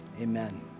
amen